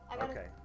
Okay